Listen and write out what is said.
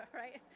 right